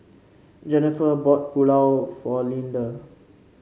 Jenifer bought Pulao for Leander